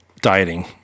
dieting